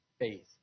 faith